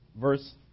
verse